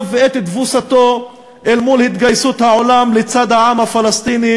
ואת תבוסתו אל מול התגייסות העולם לצד העם הפלסטיני